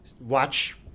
watch